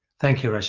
thank you, rashad.